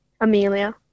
Amelia